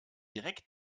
direkt